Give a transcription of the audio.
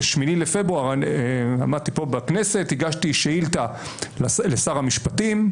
ב-8 בפברואר עמדתי פה בכנסת והגשתי שאילתה לשר המשפטים.